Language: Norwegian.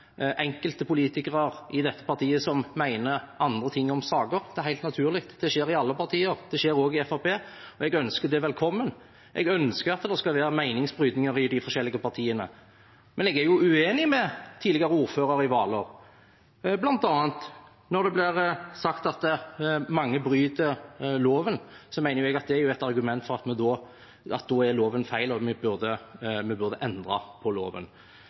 er helt naturlig, det skjer i alle partier. Det skjer også i Fremskrittspartiet, og jeg ønsker det velkommen. Jeg ønsker at det skal være meningsbrytninger i de forskjellige partiene. Men jeg er uenig med tidligere ordfører i Hvaler. Blant annet når det blir sagt at mange bryter loven, mener jeg det er et argument for at da er loven feil, og vi bør endre den. Frykt for høye priser blir også nevnt. Da er vi